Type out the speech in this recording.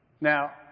Now